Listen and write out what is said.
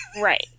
Right